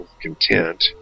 content